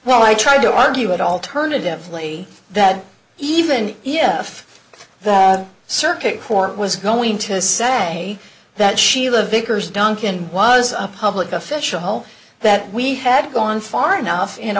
well i tried to argue it alternatively that even if the circuit court was going to say that sheila vickers duncan was a public official that we had gone far enough in